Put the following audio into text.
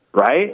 right